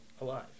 alive